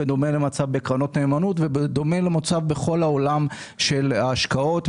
בדומה למצב בקרנות נאמנות ובכל העולם של ההשקעות.